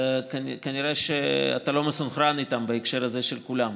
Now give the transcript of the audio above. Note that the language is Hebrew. כנראה שאתה לא מסונכרן איתם בהקשר הזה של "כולם".